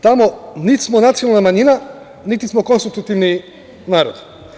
Tamo nit smo nacionalna manjina, niti smo konstitutivni narod.